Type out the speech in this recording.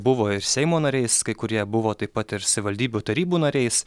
buvo ir seimo nariais kai kurie buvo taip pat ir savivaldybių tarybų nariais